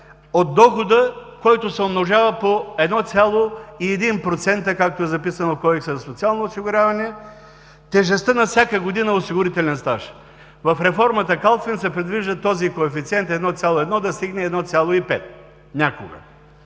от дохода, който се умножава по 1,1%, както е записано в Кодекса за социално осигуряване, тежестта на всяка година осигурителен стаж. В реформата Калфин се предвижда този коефициент 1,1 да стигне 1,5 някога.